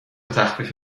تخفیف